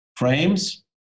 Frames